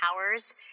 powers